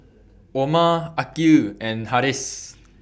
Omar Aqil and Harris